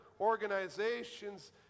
organizations